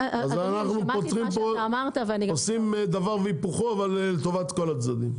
אז אנחנו עושים פה דבר והיפוכו אבל לטובת כל הצדדים.